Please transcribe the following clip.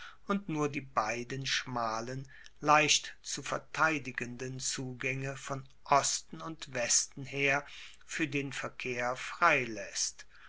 und nur die beiden schmalen leicht zu verteidigenden zugaenge von osten und westen her fuer den verkehr frei